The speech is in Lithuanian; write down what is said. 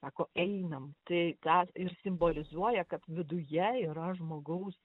sako einam tai tą ir simbolizuoja kad viduje yra žmogaus